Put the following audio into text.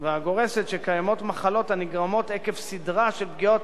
הגורסת שקיימות מחלות הנגרמות עקב סדרה של פגיעות